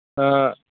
ꯑꯥ